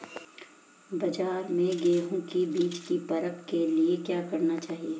बाज़ार में गेहूँ के बीज की परख के लिए क्या करना चाहिए?